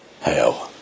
hell